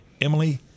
Emily